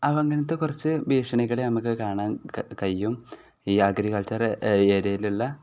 അവങ്ങനത്തെ കുറച്ച് ഭീഷണികൾ നമുക്ക് കാണാൻ ക കഴിയും ഈ അഗ്രികൾച്ചർ ഏ ഏരിയയിലുള്ള